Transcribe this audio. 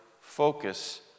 focus